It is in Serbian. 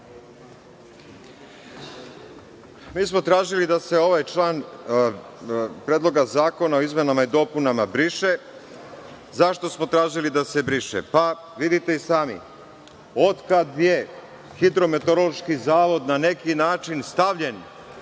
Mi smo tražili da se ovaj član Predloga zakona o izmenama i dopunama briše. Zašto smo tražili da se briše? Vidite i sami, od kad je Hidrometeorološki zavod na neki način stavljen